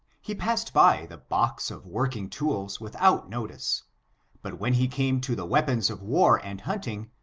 he passed by the box of woridng tools with out notice but when he came to the weapons of war and hunting,